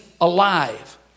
alive